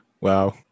Wow